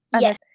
Yes